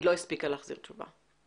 היא לא הספיקה להחזיר תשובה,